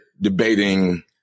debating